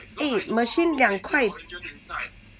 eh machine 两块